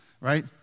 right